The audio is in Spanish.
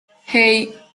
hey